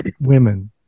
women